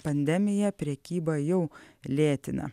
pandemija prekybą jau lėtina